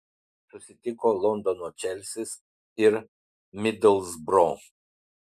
susitiko londono čelsis ir midlsbro